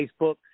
facebook